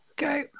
Okay